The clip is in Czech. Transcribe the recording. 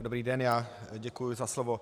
Dobrý den, děkuji za slovo.